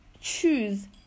choose